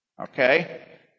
okay